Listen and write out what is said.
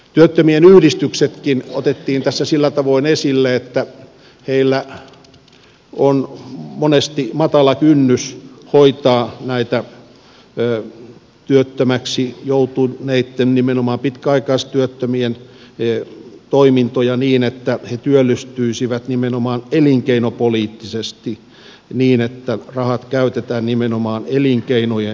työttömien yhdistyksetkin otettiin tässä sillä tavoin esille että niillä on monesti matala kynnys hoitaa näitä työttömäksi joutuneitten nimenomaan pitkäaikaistyöttömien toimintoja niin että nämä työllistyisivät nimenomaan elinkeinopoliittisesti niin että rahat käytetään nimenomaan elinkeinojen kehittämiseen